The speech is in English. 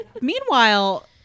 Meanwhile